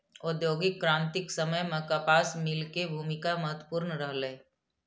औद्योगिक क्रांतिक समय मे कपास मिल के भूमिका महत्वपूर्ण रहलै